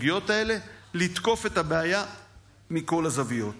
לתקוף את הבעיה מכל הזוויות